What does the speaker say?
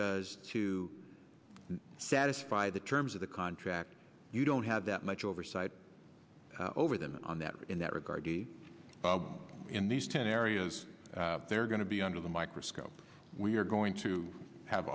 does to satisfy the terms of the contract you don't have that much oversight over them on that in that regard he in these ten areas they're going to be under the microscope we're going to have